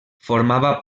formava